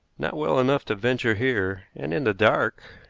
not well enough to venture here, and in the dark,